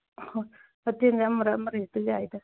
ꯍꯣꯇꯦꯟꯁꯦ ꯑꯃꯔ ꯑꯃꯔ ꯍꯦꯛꯇ ꯌꯥꯏꯗ